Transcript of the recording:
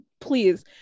please